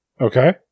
Okay